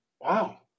wow